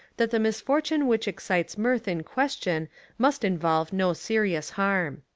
that the misfortune which excites mirth in question must involve no serious harm.